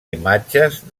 imatges